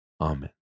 Amen